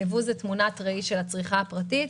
הייבוא הוא תמונת ראי של הצריכה הפרטית.